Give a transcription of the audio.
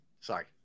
Sorry